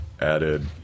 added